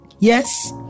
Yes